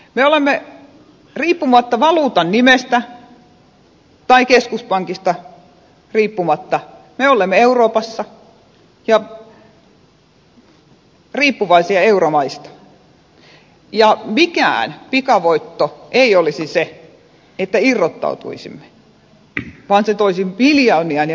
me olemme riippumatta valuutan nimestä tai keskuspankista euroopassa ja riippuvaisia euromaista ja mikään pikavoitto ei olisi se että irrottautuisimme vaan se toisi miljoonien ja miljardien kustannukset